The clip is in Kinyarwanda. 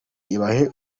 ibahe